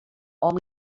hom